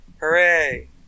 Hooray